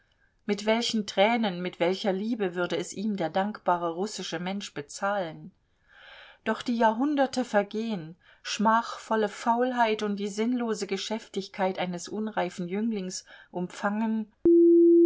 mit welchen tränen mit welcher liebe würde es ihm der dankbare russische mensch bezahlen doch die jahrhunderte vergehen schmachvolle faulheit und die sinnlose geschäftigkeit eines unreifen jünglings umfangen